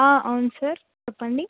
అవును సార్ చెప్పండి